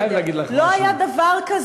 אני חייב להגיד לך משהו, לא היה דבר כזה.